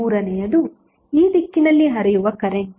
ಮೂರನೆಯದು ಈ ದಿಕ್ಕಿನಲ್ಲಿ ಹರಿಯುವ ಕರೆಂಟ್